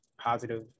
positive